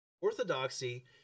Orthodoxy